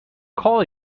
call